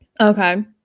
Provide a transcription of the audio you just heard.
Okay